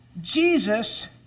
Jesus